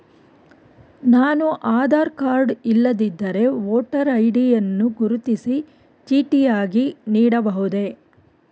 ನಾನು ಆಧಾರ ಕಾರ್ಡ್ ಇಲ್ಲದಿದ್ದರೆ voter ID ಯನ್ನು ಗುರುತಿನ ಚೀಟಿಯಾಗಿ ನೀಡಬಹುದೇ?